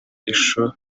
ishusho